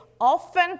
often